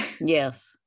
Yes